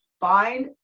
find